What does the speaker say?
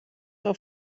auf